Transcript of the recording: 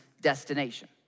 destination